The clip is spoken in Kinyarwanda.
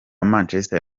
manchester